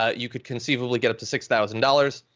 you could conceivably get up to six thousand dollars.